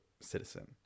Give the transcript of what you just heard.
citizen